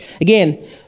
Again